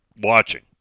watching